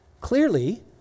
Clearly